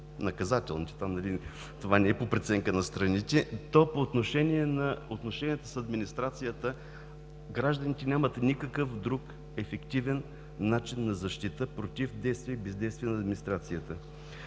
наказателните – там това не е по преценка на страните, то по отношение на отношенията с администрацията гражданите нямат никакъв друг ефективен начин на защита против действие и бездействие на администрацията.